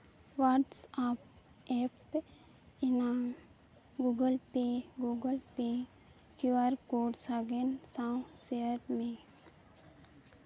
WhatsApp app ᱤᱧᱟᱹᱜ Google Pay Google Pay Q R code ᱥᱟᱜᱮᱱ ᱥᱟᱶ ᱥᱮᱭᱟᱨ ᱢᱮ